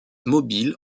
mobile